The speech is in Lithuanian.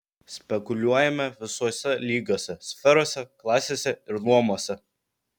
spekuliuojame visuose lygiuose sferose klasėse ir luomuose